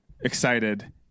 excited